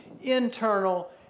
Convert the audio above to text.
internal